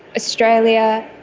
australia,